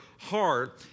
heart